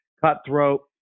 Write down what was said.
cutthroat